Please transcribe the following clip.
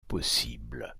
possible